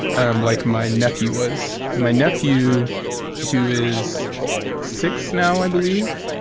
um like my nephew was my nephew who is six now i believe.